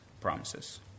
promises